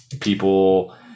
people